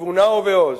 בתבונה ובעוז,